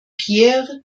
pierre